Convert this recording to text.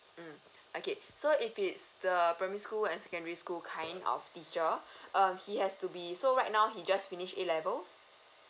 mmhmm okay so if it's the primary school and secondary school kind of teacher err he has to be so right now he just finished A level